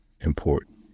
important